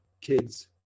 kids